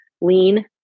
lean